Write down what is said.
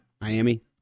Miami